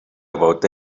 about